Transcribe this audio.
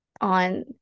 on